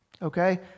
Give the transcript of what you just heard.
Okay